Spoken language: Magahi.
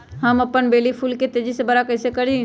हम अपन बेली फुल के तेज़ी से बरा कईसे करी?